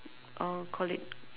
oh call it